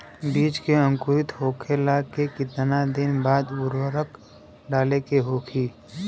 बिज के अंकुरित होखेला के कितना दिन बाद उर्वरक डाले के होखि?